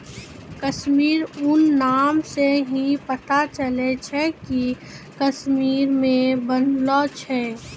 कश्मीरी ऊन नाम से ही पता चलै छै कि कश्मीर मे बनलो छै